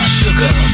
sugar